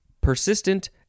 persistent